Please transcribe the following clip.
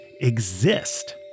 exist